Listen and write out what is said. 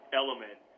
element